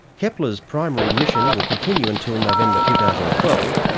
kepler's primary mission will continue until november two thousand and twelve,